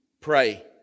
pray